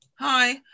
Hi